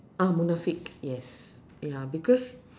ah munafik yes ya because